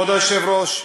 כבוד היושב-ראש,